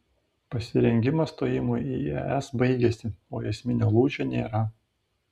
pasirengimas stojimui į es baigėsi o esminio lūžio nėra